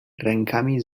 rękami